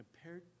compared